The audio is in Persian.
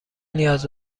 نیاز